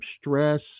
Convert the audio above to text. stress